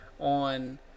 on